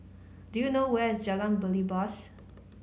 do you know where is Jalan Belibas